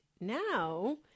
Now